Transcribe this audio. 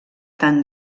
tant